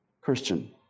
Christian